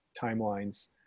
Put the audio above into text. timelines